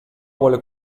vuole